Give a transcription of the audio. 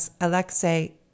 Alexei